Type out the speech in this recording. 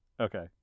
Okay